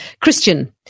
Christian